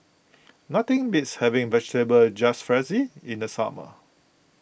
nothing beats having Vegetable Jalfrezi in the summer